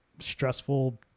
stressful